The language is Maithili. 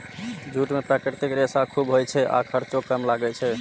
जूट मे प्राकृतिक रेशा खूब होइ छै आ खर्चो कम लागै छै